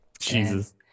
Jesus